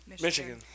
Michigan